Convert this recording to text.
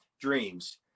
dreams